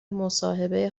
مصاحبه